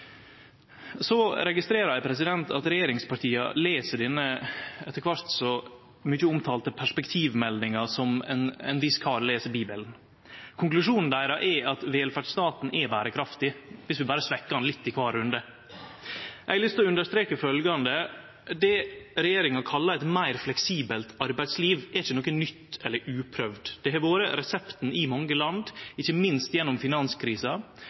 så mykje omtalte perspektivmeldinga som ein viss kar les Bibelen. Konklusjonen deira er at velferdsstaten er berekraftig viss vi berre svekkjer han litt i kvar runde. Eg har lyst til å understreke følgjande: Det regjeringa kallar eit meir fleksibelt arbeidsliv, er ikkje noko nytt eller uprøvt. Det har vore resepten i mange land, ikkje minst gjennom